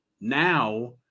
now